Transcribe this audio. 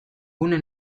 gune